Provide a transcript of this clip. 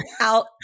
out